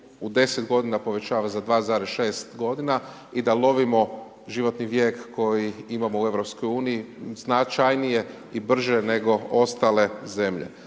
u 10 godina povećava za 2,6 godina i da lovimo životni vijek koji imamo u EU značajnije i brže nego ostale zemlje.